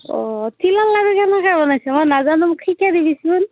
অ' তিলৰ লাৰু কেনকৈ বনাইছ মই নাজানো মো শিকাই দিবিচোন